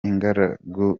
ingaragu